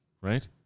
right